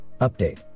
Update